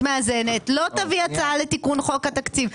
מאזנת ולא תביא הצעה לתיקון חוק התקציב,